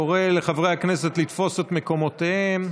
אני קורא לחברי הכנסת לתפוס את מקומותיהם.